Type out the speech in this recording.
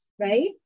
right